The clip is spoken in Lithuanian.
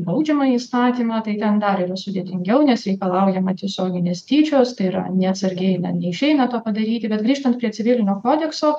baudžiamąjį įstatymą tai ten dar ir sudėtingiau nes reikalaujama tiesioginės tyčios tai yra neatsargiai na neišeina to padaryti bet grįžtant prie civilinio kodekso